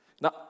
Now